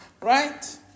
Right